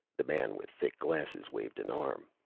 the man with thick glasses waved an arm.